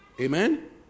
Amen